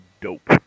dope